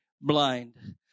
blind